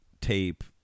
tape